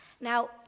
Now